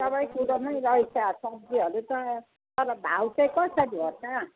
सबै कुरो नै रहेछ सब्जीहरू त तर भाउ चाहिँ कसरी हो त